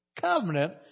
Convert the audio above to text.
covenant